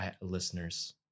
listeners